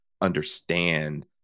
understand